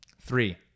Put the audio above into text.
Three